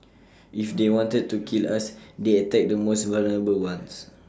if they wanted to kill us they attack the most vulnerable ones